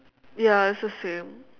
ya it's the same